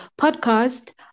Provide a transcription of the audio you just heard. podcast